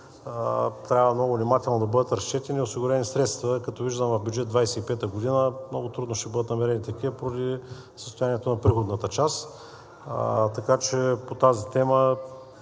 трябва много внимателно да бъдат разчетени и осигурени средства. Както виждам, в бюджет 2025 г. много трудно ще бъдат намерени такива поради състоянието на приходната част, така че по тази тема